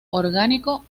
orgánico